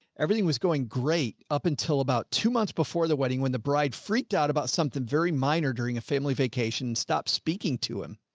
everything was going great up until about two months before the wedding, when the bride freaked out about something very minor during a family vacation, stopped speaking to him.